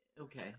Okay